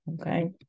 Okay